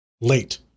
late